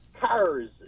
CARS